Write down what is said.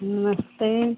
नमस्ते